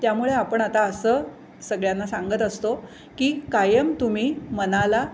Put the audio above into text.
त्यामुळे आपण आता असं सगळ्यांना सांगत असतो की कायम तुम्ही मनाला